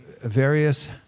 various